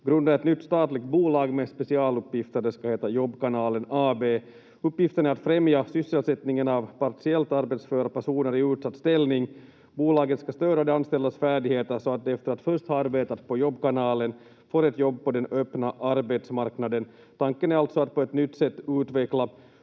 grunda ett nytt statligt bolag med specialuppgifter. Det ska heta Jobbkanalen Ab. Uppgiften är att främja sysselsättningen av partiellt arbetsföra personer i utsatt ställning. Bolaget ska stöda de anställdas färdigheter så att de, efter att först ha arbetat på Jobbkanalen, får ett jobb på den öppna arbetsmarknaden. Tanken är alltså att på ett nytt sätt utveckla